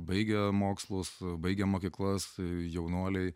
baigę mokslus baigę mokyklas jaunuoliai